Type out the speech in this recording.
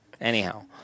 Anyhow